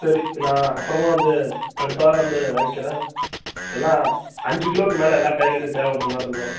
சரி நான் அப்புறமா வந்து அடுத்த வாரம் வந்து வாங்கிக்கிறேன் எல்லாம் அஞ்சு கிலோக்கு மேலே எல்லா காய்கறியும் தேவைப்படுற மாதிரி இருக்கும்